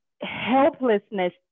helplessness